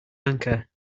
anchor